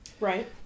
Right